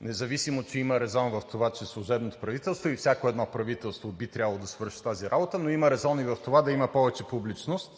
независимо че има резон в това, че служебното правителство и всяко едно правителство би трябвало да свърши тази работа, но има резон и в това да има повече публичност.